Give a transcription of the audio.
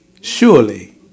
surely